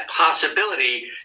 possibility